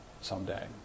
someday